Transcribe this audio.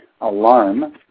Alarm